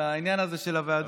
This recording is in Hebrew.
על העניין הזה של הוועדות.